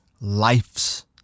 lives